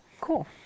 cool